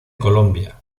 colombia